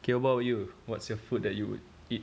okay what about you what's the food that you would eat